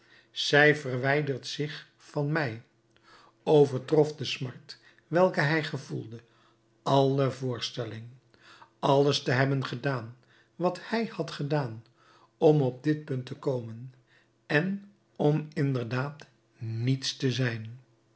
zij verwijdert zich van mij overtrof de smart welke hij gevoelde alle voorstelling alles te hebben gedaan wat hij had gedaan om op dit punt te komen en om inderdaad niets te zijn